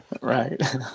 Right